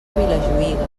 vilajuïga